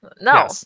No